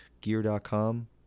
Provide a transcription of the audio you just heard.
gear.com